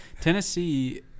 Tennessee